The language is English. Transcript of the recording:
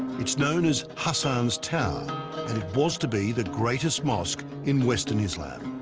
it's known as hassan's tower and it was to be the greatest mosque in western islam.